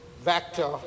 vector